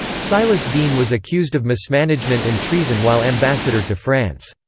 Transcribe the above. silas deane was accused of mismanagement and treason while ambassador to france.